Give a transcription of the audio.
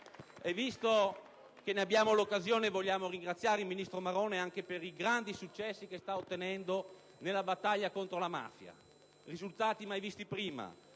E visto che ne abbiamo l'occasione, vogliamo ringraziare il ministro Maroni anche per i grandi successi che sta ottenendo nella battaglia contro la mafia. Risultati mai visti prima: